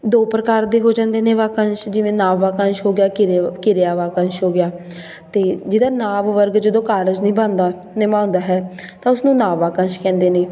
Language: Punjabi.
ਦੋ ਪ੍ਰਕਾਰ ਦੇ ਹੋ ਜਾਂਦੇ ਨੇ ਵਾਕੰਸ਼ ਜਿਵੇਂ ਨਾਂਵ ਵਾਕੰਸ਼ ਹੋ ਗਿਆ ਕਿਰਿਆ ਕਿਰਿਆ ਵਾਕੰਸ਼ ਹੋ ਗਿਆ ਅਤੇ ਜਿਹਦਾ ਨਾਂਵ ਵਰਗ ਜਦੋਂ ਕਾਰਜ ਨਿਭਾਂਦਾ ਨਿਭਾਉਂਦਾ ਹੈ ਤਾਂ ਉਸ ਨੂੰ ਨਾਂਵ ਵਾਕੰਸ਼ ਕਹਿੰਦੇ ਨੇ